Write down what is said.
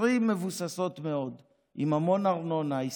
20 מבוססות מאוד עם המון ארנונה עסקית,